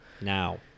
Now